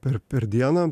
per per dieną